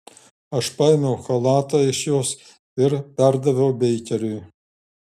aš paėmiau chalatą iš jos ir perdaviau beikeriui